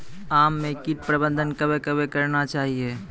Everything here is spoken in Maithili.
आम मे कीट प्रबंधन कबे कबे करना चाहिए?